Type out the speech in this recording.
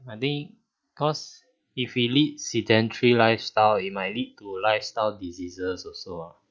I think cause if it lead sedentary lifestyle it might lead to lifestyle diseases also ah